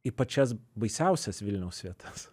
į pačias baisiausias vilniaus vietas